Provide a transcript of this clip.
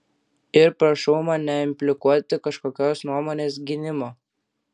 ir prašau man neimplikuoti kažkokios nuomonės gynimo